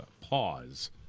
pause